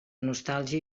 nostàlgia